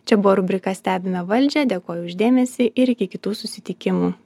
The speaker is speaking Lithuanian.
čia buvo rubrika stebime valdžią dėkoju už dėmesį ir iki kitų susitikimų